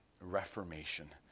reformation